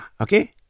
okay